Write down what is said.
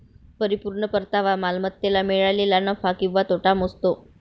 परिपूर्ण परतावा मालमत्तेला मिळालेला नफा किंवा तोटा मोजतो